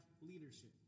leadership